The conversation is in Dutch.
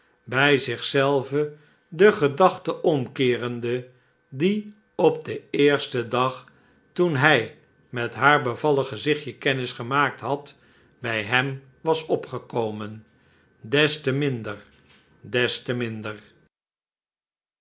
bij zich zelven de gedachte omkeerende die op den eersten dag toen hij met haar bevallig gezichtje kennis gemaakt had bij hem wa s opgekomen des te minder des te minder